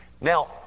Now